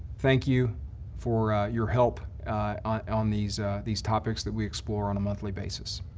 thank you for your help on these these topics that we explore on a monthly basis.